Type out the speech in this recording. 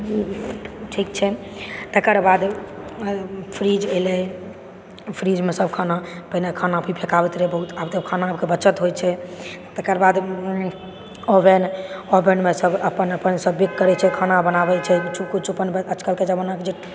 ठीक छै तकर बाद फ्रीज एलै फ्रीजमे सब खाना पहिने खाना भी फेकाइत रहै बहुत आब तऽ खानाके बचत होइ छै तकर बाद ओवन ओवनमे सब अपन अपन सब बेक करै छै खाना बनाबै छै किछु किछु अपन आजकलके जमानाके जे